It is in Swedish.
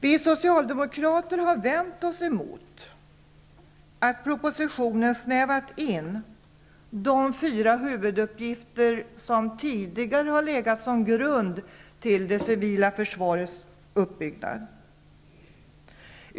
Vi Socialdemokrater har vänt oss mot att man i propositionen snävat in de fyra huvuduppgifter som tidigare har legat som grund för det civila försvarets uppbyggnad.